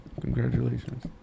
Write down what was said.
Congratulations